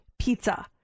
Pizza